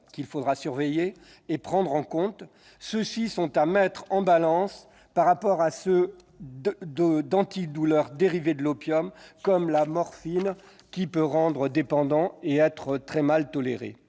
qu'il faudra surveiller et prendre en compte, ceux-ci sont à mettre en balance avec ceux d'antidouleurs dérivés de l'opium, comme la morphine qui peut rendre dépendant et être mal tolérée.